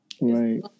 Right